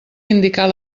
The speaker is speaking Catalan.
indicar